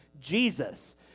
Jesus